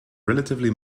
relatively